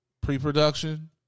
pre-production